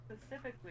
specifically